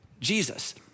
Jesus